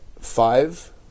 five